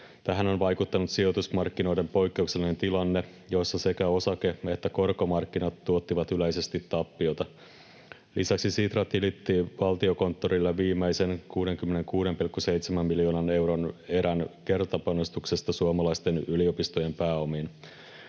Tähän on vaikuttanut sijoitusmarkkinoiden poikkeuksellinen tilanne, jossa sekä osake- että korkomarkkinat tuottivat yleisesti tappiota. Lisäksi Sitra tilitti Valtiokonttorille viimeisen, 66,7 miljoonan euron erän kertapanostuksesta suomalaisten yliopistojen pääomiin.